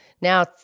now